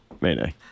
Mayday